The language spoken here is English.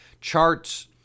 charts